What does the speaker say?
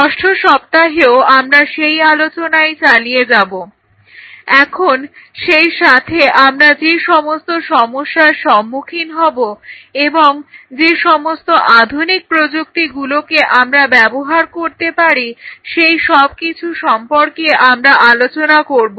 ষষ্ঠ সপ্তাহেও আমরা সেই আলোচনাই চালিয়ে যাব এবং সেই সাথে আমরা যে সমস্ত সমস্যার সম্মুখীন হব এবং যে সমস্ত আধুনিক প্রযুক্তিগুলোকে আমরা ব্যবহার করতে পারি সেই সব কিছু সম্পর্কে আমরা আলোচনা করব